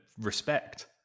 respect